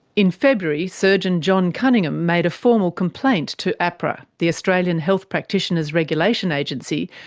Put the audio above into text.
in february, surgeon john cunningham made a formal complaint to ahpra, the australian health practitioners regulation agency,